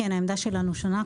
העמדה שלנו שונה.